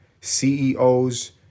CEOs